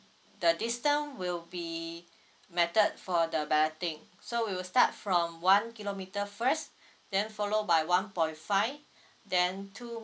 the distance will be method for the balloting so we'll start from one kilometre first then follow by one point five then two